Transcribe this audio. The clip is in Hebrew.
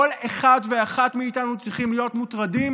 כל אחד ואחת מאיתנו צריכים להיות מוטרדים